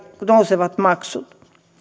nousevat maksut